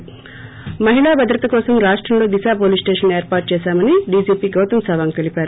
థ మహిళా భద్రతా కోసం రాష్టంలో దిశ పోలీస్స్టేషన్లు ఏర్పాటు చేశామని డీజీపీ గౌతం సవాంగ్ తెలిపారు